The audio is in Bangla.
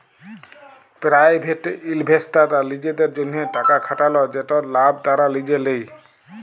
পেরাইভেট ইলভেস্টাররা লিজেদের জ্যনহে টাকা খাটাল যেটর লাভ তারা লিজে লেই